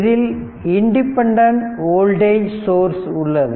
இதில் dependent voltage source உள்ளது